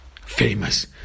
famous